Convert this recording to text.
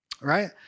right